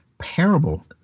parable